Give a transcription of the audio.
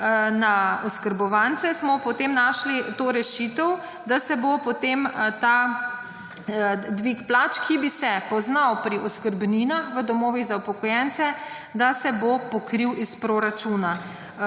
na oskrbovace smo potem našil to rešitev, da se bo potem ta dvig plač, ki bi se poznal pri oskrbninah v domovih za upokojence, da se bo pokril iz proračuna.